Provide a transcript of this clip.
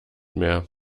mehr